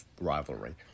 rivalry